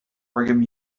brigham